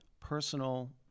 personal